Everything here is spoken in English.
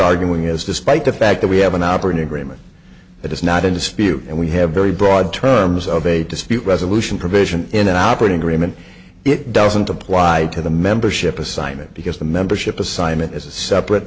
arguing as despite the fact that we have an operating agreement that is not in dispute and we have very broad terms of a dispute resolution provision in an operating agreement it doesn't apply to the membership assignment because the membership assignment is a separate